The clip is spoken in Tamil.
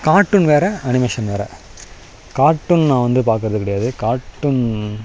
கார்ட்டூன் வேறு அனிமேஷன் வேறு கார்ட்டூன் நான் வந்து பார்க்குறது கிடையாது கார்ட்டூன்